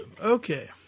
Okay